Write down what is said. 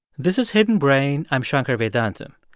this is hidden brain. i'm shankar vedantam.